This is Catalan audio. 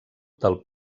del